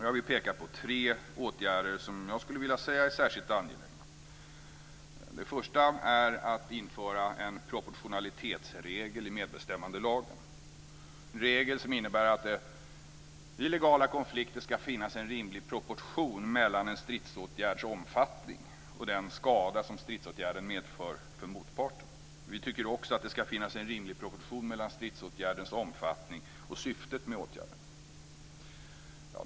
Jag vill peka på tre åtgärder som jag skulle vilja säga är särskilt angelägna. Det första är att införa en proportionalitetsregel i medbestämmandelagen, en regel som innebär att det vid illegala konflikter ska finnas en rimlig proportion mellan en stridsåtgärds omfattning och den skada som stridsåtgärden medför för motparten. Vi tycker också att det ska finnas en rimlig proportion mellan stridsåtgärdens omfattning och syftet med åtgärden.